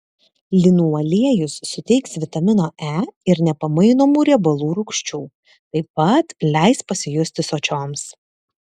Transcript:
linų aliejus suteiks vitamino e ir nepamainomų riebalų rūgščių taip pat leis pasijusti sočioms